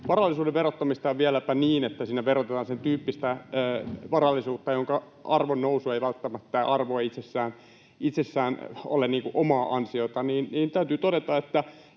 varallisuuden verottamista ja vieläpä niin, että siinä verotetaan sentyyppistä varallisuutta, jonka arvonnousu tai arvo itsessään ei välttämättä ole omaa ansiota. Täytyy todeta, että